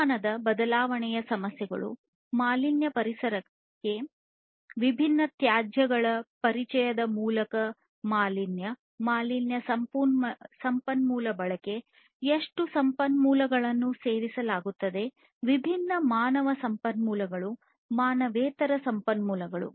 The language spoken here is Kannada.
ಹವಾಮಾನ ಬದಲಾವಣೆಯ ಸಮಸ್ಯೆಗಳು ಮಾಲಿನ್ಯ ಪರಿಸರಕ್ಕೆ ವಿಭಿನ್ನ ತ್ಯಾಜ್ಯಗಳ ಪರಿಚಯದ ಮೂಲಕ ಮಾಲಿನ್ಯ ಮಾಲಿನ್ಯ ಸಂಪನ್ಮೂಲ ಬಳಕೆ ಎಷ್ಟು ಸಂಪನ್ಮೂಲಗಳನ್ನು ಬಳಕೆ ಮಾಡಲಾಗುತ್ತದೆ ವಿಭಿನ್ನ ಮಾನವ ಸಂಪನ್ಮೂಲಗಳು ಮಾನವೇತರ ಸಂಪನ್ಮೂಲಗಳು